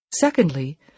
Secondly